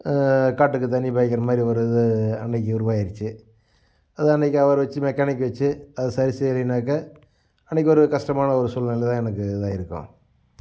காட்டுக்கு தண்ணி பாய்க்கின்ற மாதிரி ஒரு இது அன்றைக்கி உருவாகிருச்சு அது அன்றைக்கி அவர வெச்சு மெக்கானிக்கை வெச்சு அது சரி செய்யலைனாக்க அன்றைக்கி ஒரு கஷ்டமான ஒரு சூழ்நிலை தான் எனக்கு இதாகயிருக்கும்